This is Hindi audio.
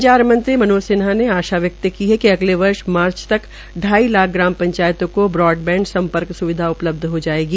संचार मंत्री मनोज सिन्हा ने आशा व्यक्त की है कि अगले वर्ष मार्च तक ढाई ग्राम पंचायतों को ब्रॉडबैंड सम्पर्क स्विधा हो जायेगी